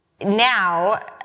now